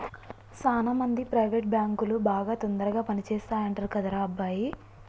సాన మంది ప్రైవేట్ బాంకులు బాగా తొందరగా పని చేస్తాయంటరు కదరా అబ్బాయి